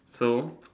so